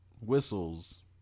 Whistles